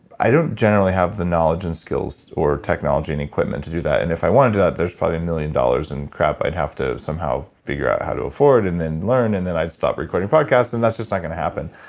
i don't generally have the knowledge and skills or technology and equipment to do that. if i wanted to do that, there's probably a million dollars in crap i'd have to somehow figure out how to afford and then learn and then i'd stop recording podcast and that's just not going to happen.